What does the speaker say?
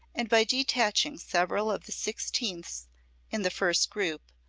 and by detaching several of the sixteenths in the first group,